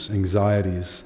anxieties